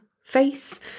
face